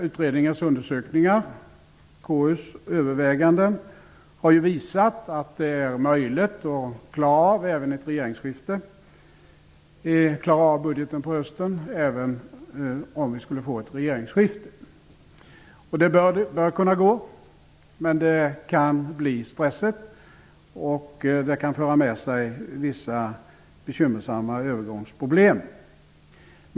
Utredningens undersökningar och KU:s överväganden har visat att det är möjligt att klara av budgeten på hösten även om vi skulle få ett regeringsskifte. Det bör kunna gå, men det kan bli stressigt och det kan föra med sig vissa bekymmersamma övergångsproblem.